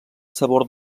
sabor